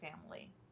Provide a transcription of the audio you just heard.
family